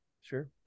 Sure